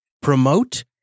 promote